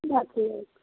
दस लोग